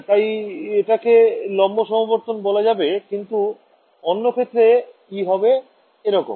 তাই এটাকে লম্ব সমবর্তন বলা যাবে কিন্তু অন্য ক্ষেত্রে E হবে এরকম